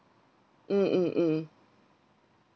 mm mm mm